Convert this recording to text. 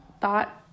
thought